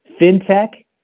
fintech